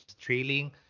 trailing